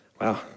wow